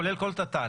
כתוב כולל כל תת"ל,